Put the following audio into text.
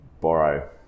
borrow